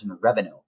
revenue